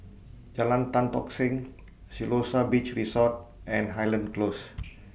Jalan Tan Tock Seng Siloso Beach Resort and Highland Close